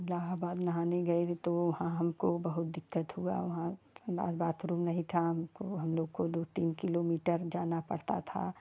इलाहाबाद नहाने गए थे तो वहाँ हमको बहुत दिक्कत हुआ वहाँ बाथरुम नहीं था हम को हम लोग को दो तीन किलोमीटर जाना पड़ता था